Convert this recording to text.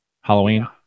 Halloween